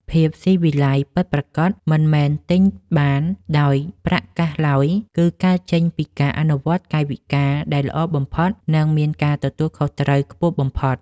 ភាពស៊ីវិល័យពិតប្រាកដមិនមែនទិញបានដោយប្រាក់កាសឡើយ គឺ កើតចេញពីការអនុវត្តកាយវិការដែលល្អបំផុត និង មានការទទួលខុសត្រូវខ្ពស់បំផុត។